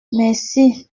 merci